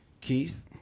keith